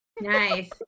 Nice